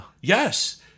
Yes